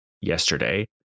yesterday